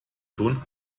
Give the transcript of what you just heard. tun